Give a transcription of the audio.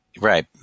Right